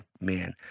Man